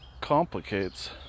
complicates